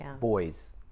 boys